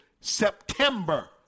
September